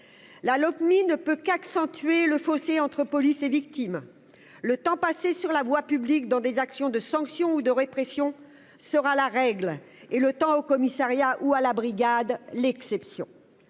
La Lopmi ne peut qu'accentuer le fossé entre police et victime le temps passé sur la voie publique dans des actions de sanction ou de répression sera la règle et le temps au commissariat ou à la brigade l'exception